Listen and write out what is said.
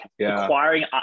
acquiring